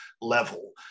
level